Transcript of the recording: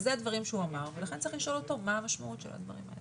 ואלה הדברים שהוא אמר ולכן צריך לשאול אותם מה המשמעות של הדברים.